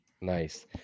Nice